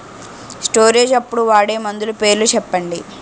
Storage అప్పుడు వాడే మందులు పేర్లు చెప్పండీ?